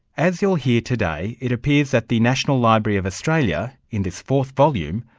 as you'll hear today, it appears that the national library of australia, in this fourth volume,